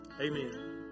Amen